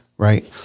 Right